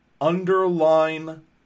Underline